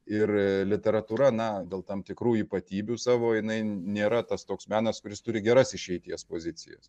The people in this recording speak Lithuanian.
ir literatūra na dėl tam tikrų ypatybių savo jinai nėra tas toks menas kuris turi geras išeities pozicijas